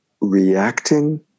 reacting